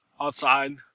outside